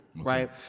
right